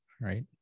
right